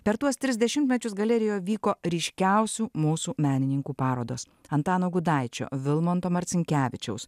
per tuos tris dešimtmečius galerijoj vyko ryškiausių mūsų menininkų parodos antano gudaičio vilmanto marcinkevičiaus